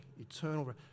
eternal